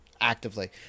Actively